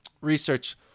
research